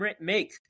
make